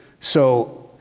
so,